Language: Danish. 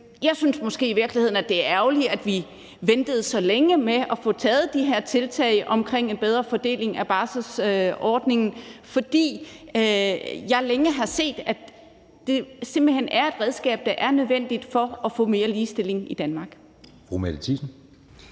Jeg synes måske i virkeligheden, at det var ærgerligt, at vi ventede så længe med at få taget de her tiltag omkring en bedre fordeling af barselsordningen, fordi jeg længe har set, at det simpelt hen er et redskab, der er nødvendigt for at få mere ligestilling i Danmark.